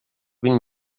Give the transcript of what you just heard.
vint